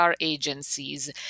agencies